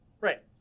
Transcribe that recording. Right